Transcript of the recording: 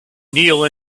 kneel